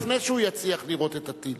עוד לפני שהוא יצליח לירות את הטיל.